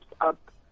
up